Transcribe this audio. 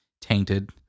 tainted